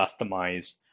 customize